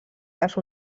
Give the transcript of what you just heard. les